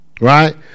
Right